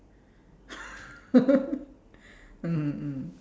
mm